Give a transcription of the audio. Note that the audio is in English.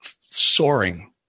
soaring